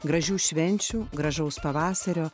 gražių švenčių gražaus pavasario